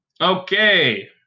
Okay